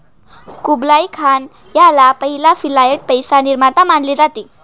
Kublai Khan ह्याला पहिला fiat पैसा निर्माता मानले जाते